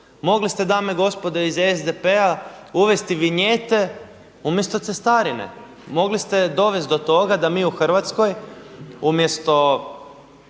Mogli ste dame i gospodo iz SDP-a uvesti vinjete umjesto cestarine, mogli ste dovesti do toga da mi u Hrvatskoj umjesto